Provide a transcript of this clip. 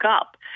up